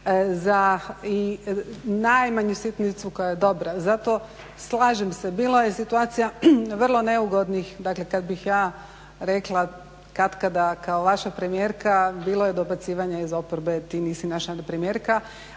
i najmanju sitnicu koja je dobra. Zato slažem se bilo je situacija vrlo neugodnih. Dakle, kad bih ja rekla katkada kao vaša premijerka bilo je dobacivanja iz oporbe ti nisi naša premijerka.